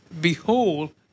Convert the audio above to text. Behold